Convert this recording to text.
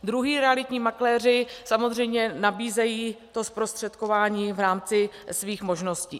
Druzí realitní makléři samozřejmě nabízejí zprostředkování v rámci svých možností.